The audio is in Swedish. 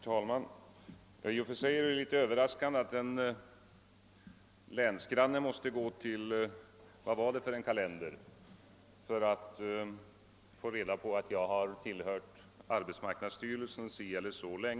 Herr talman! I och för sig är det litet överraskande att en länsgranne måste gå till statskalendern för att få reda på att jag tillhör arbetsmarknadsstyrelsen.